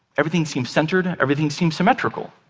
everything seems centered, everything seems symmetrical.